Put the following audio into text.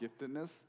giftedness